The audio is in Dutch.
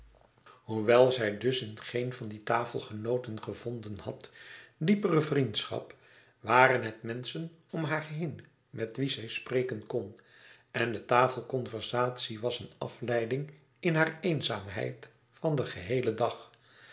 hoewel zij dus in geen van die tafelgenooten gevonden had diepere vriendschap waren het menschen om haar heen met wie zij spreken kon en de tafelconversatie was een afleiding in haar eenzaamheid van den geheelen dag